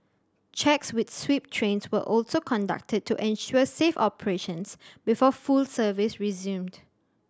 checks with sweep trains were also conducted to ensure safe operations before full service resumed